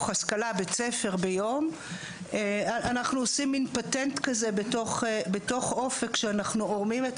אנחנו עושים פטנט בתוך אופק שאנחנו עורמים את